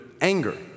anger